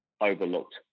overlooked